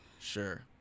Sure